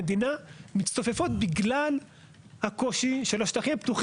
המקלות בגלגלים ששמים לנו איכות הסביבה,